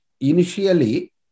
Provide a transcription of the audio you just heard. initially